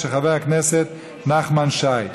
התשע"ח 2018, של חבר הכנסת נחמן שי.